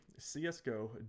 CSGO